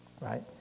right